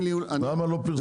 למה לא פרסום?